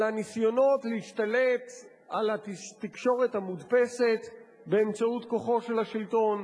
על הניסיונות להשתלט על התקשורת המודפסת באמצעות כוחו של השלטון,